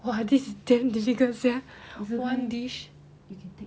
!wah! this is damn difficult sia one dish